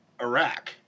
Iraq